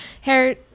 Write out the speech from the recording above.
hair